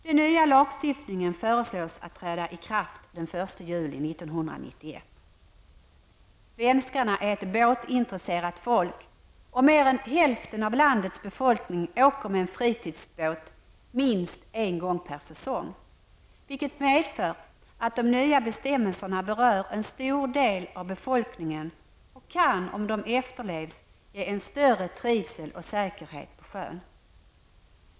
Den nya lagstiftningen föreslås att träda i kraft den Svenskarna är ett båtintresserat folk, och mer än hälften av landets befolkning åker med en fritidsbåt minst en gång per säsong. Det medför att de nya bestämmelserna berör en stor del av befolkningen och kan om de efterlevs ge en större trivsel och säkerhet på sjön.